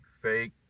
fake